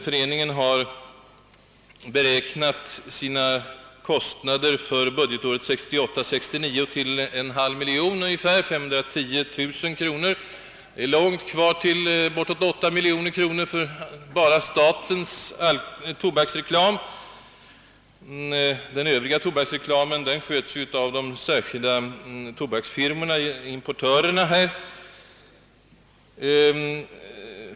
Föreningen har beräknat sina kostnader för budgetåret 1968/69 till ungefär 510 000 kr. Det är alltså långt kvar till de närmare 8 miljoner kronor som enbart statens tobaksreklam kostar. Den övriga omfattande tobaksreklamen sköts av de särskilda tobaksfirmorna — importörerna.